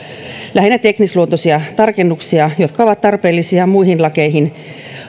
lähinnä teknisluontoisia tarkennuksia jotka ovat tarpeellisia muihin lakeihin